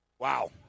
Wow